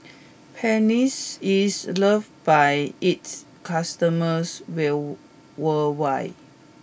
Pansy is loved by its customers well worldwide